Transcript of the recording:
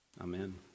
Amen